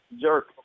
jerk